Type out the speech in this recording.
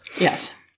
Yes